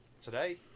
today